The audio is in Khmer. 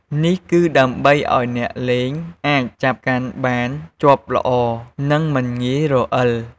នេះគឺដើម្បីឱ្យអ្នកលេងអាចចាប់កាន់បានជាប់ល្អ និងមិនងាយរអិល។